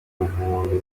nkombe